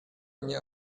mnie